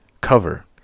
cover